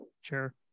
sure